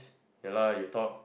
ya lah you talk